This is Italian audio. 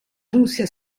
russia